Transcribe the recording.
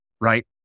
right